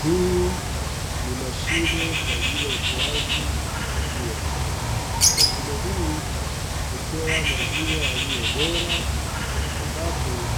Hii ni mashine kwa ajili ya utoaji wa maziwa, mashine hii hutoa maziwa yaliyo bora ambapo